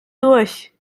durch